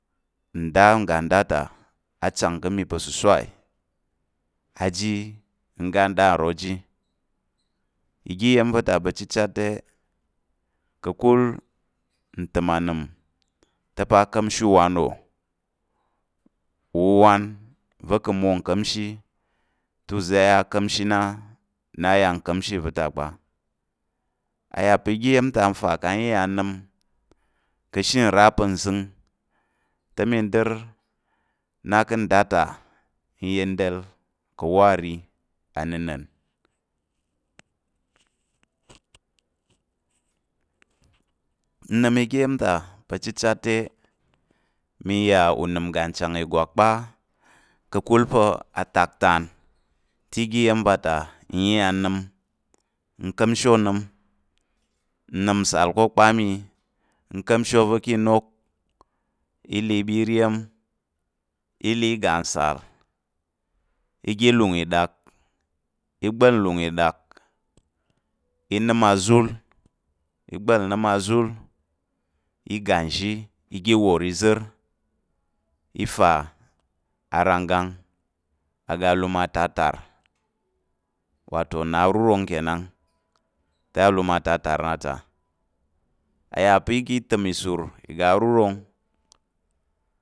Nda ngga nda te a chang ka̱ mi pa̱ sosai a ji oga nda nro ji oga iya̱m ta pa̱ chichat. te, ka̱kul ntəm anəm ta̱ pa̱ a ka̱mshi uwanwò uwuwan va̱ kà̱ mwo nka̱mshi ta uza̱ aiya a ka̱mshi nna kpa, a yà pa̱ oga iya̱m ta n fa kang n iyà nnəm ka̱ ashe nra pa̱ nzəng te mi dər nna ka̱ nda ta nyenda̱l ka̱ awo ari anənna̱n nəm oga iya̱m ta te, mi yà unəm uga chang ìgwak kpa ka̱kul pa̱ atak ntan te oga iya̱m inyà n nəm nka̱mshi onəm, nəm nsal ká̱ okpa mi nka̱mshi ova̱ ká̱ inok, i le i ɓa i ri iya̱m, i le i ga nsal, i ga lung ìɗak, i gba̱l nlung, i nəm azul, igba̱l nəm azul i ga nzhi i ga wòr izər i fa i ga aranggang aga alum atartar wato nna arurong kenan te alum atartar nna ta a yà pa̱ i ga i təm ìsu iga arurong